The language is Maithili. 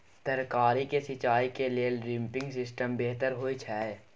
तरकारी के सिंचाई के लेल ड्रिपिंग सिस्टम बेहतर होए छै?